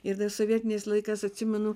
ir dar sovietiniais laikais atsimenu